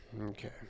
Okay